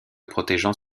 protégeant